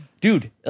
dude